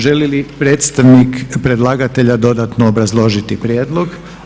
Želi li predstavnik predlagatelja dodatno obrazložiti prijedlog?